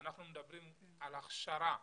אנחנו מדברים על הכשרה מקצועית.